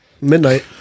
Midnight